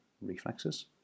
reflexes